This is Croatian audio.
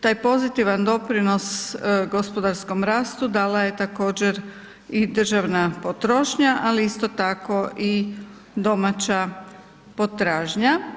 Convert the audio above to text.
taj pozitivan doprinos gospodarskom rastu dala je također i državna potrošnja, ali isto tako i domaća potražnja.